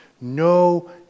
no